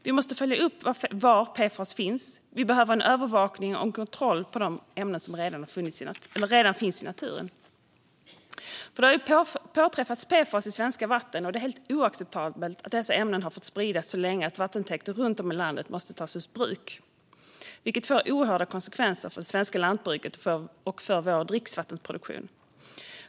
Man måste följa upp var PFAS finns och övervaka och kontrollera de ämnen som redan spridits i naturen. PFAS har påträffats i svenska vatten, och det är helt oacceptabelt att dessa ämnen har fått spridas så länge att vattentäkter runt om i landet måste tas ur bruk. Det får oerhörda konsekvenser för det svenska lantbruket och för dricksvattenproduktionen.